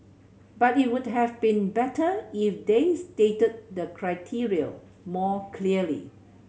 but it would have been better if they stated the criteria more clearly